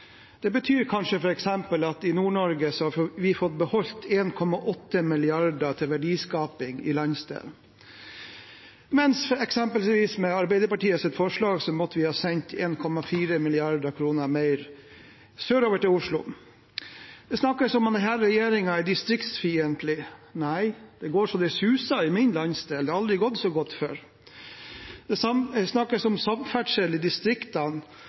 det betyr kanskje f.eks. at vi i Nord-Norge har fått beholde 1,8 mrd. kr til verdiskaping i landsdelen. Med f.eks. Arbeiderpartiets forslag måtte vi ha sendt 1,4 mrd. kr mer sørover til Oslo. Det snakkes om at denne regjeringen er distriktsfiendtlig. Nei, det går så det suser i min landsdel. Det har aldri gått så godt før. Det snakkes om samferdsel i distriktene,